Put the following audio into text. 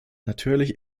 natürlich